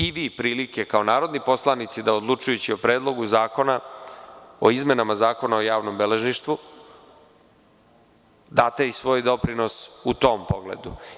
Imaćete i vi prilike kao narodni poslanici da, odlučujući o Predlogu zakona o izmenama Zakona o javnom beležništvu, date i svoj doprinos u tom pogledu.